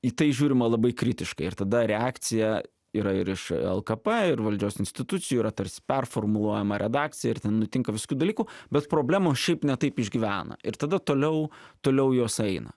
į tai žiūrima labai kritiškai ir tada reakcija yra ir iš lkp ir valdžios institucijų yra tarsi performuluojama redakcija ir ten nutinka visokių dalykų bet problemos šiaip ne taip išgyvena ir tada toliau toliau jos eina